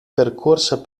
percorsa